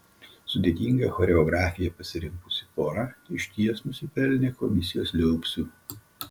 sudėtingą choreografiją pasirinkusi pora išties nusipelnė komisijos liaupsių